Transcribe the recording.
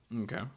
Okay